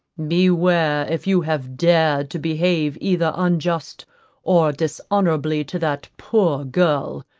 beware if you have dared to behave either unjust or dishonourably to that poor girl,